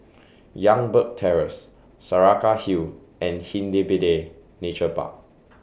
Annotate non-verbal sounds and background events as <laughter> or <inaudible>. Youngberg Terrace Saraca Hill and <unintelligible> Nature Park